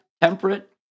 temperate